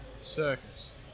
Circus